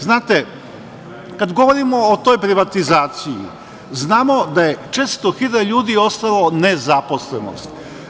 Znate, kad govorimo o toj privatizaciji, znamo da je 400 hiljada ljudi ostalo nezaposleno.